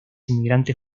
inmigrantes